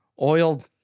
Oil